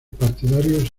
partidarios